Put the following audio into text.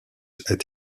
est